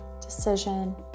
decision